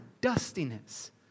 dustiness